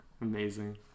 Amazing